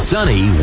Sunny